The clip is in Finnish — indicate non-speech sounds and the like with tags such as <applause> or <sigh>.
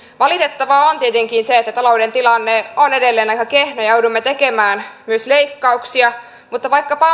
valitettavaa on tietenkin se että talouden tilanne on edelleen aika kehno ja joudumme tekemään myös leikkauksia mutta vaikkapa <unintelligible>